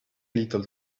little